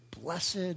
Blessed